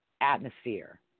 atmosphere